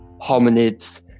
hominids